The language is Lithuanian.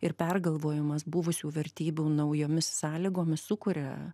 ir pergalvojimas buvusių vertybių naujomis sąlygomis sukuria